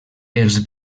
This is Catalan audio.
els